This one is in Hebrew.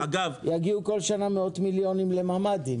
יגיעו גם כל שנה מאות מיליונים לממ"דים.